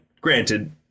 granted